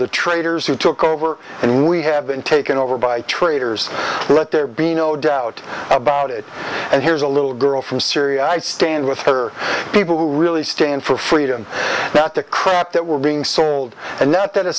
the traitors who took over and we have been taken over by traitors let there be no doubt about it and here's a little girl from syria i stand with her people who really stand for freedom not the crap that we're being sold and that